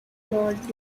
north